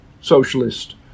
socialist